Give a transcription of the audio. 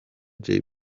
jay